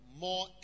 more